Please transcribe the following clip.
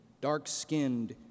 dark-skinned